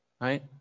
right